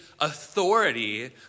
authority